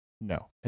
No